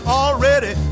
already